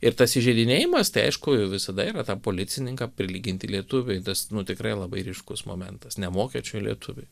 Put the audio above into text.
ir tas įžeidinėjimas tai aišku visada yra tą policininką prilyginti lietuviui tas nu tikrai labai ryškus momentas ne vokiečiui o lietuviui